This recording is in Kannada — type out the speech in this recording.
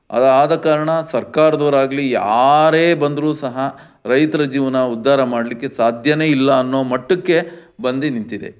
ಅದು ಆದ ಕಾರಣ ಸರ್ಕಾರದೋರಾಗ್ಲಿ ಯಾರೇ ಬಂದರೂ ಸಹ ರೈತರ ಜೀವನ ಉದ್ಧಾರ ಮಾಡಲಿಕ್ಕೆ ಸಾಧ್ಯನೇ ಇಲ್ಲ ಅನ್ನೋ ಮಟ್ಟಕ್ಕೆ ಬಂದು ನಿಂತಿದೆ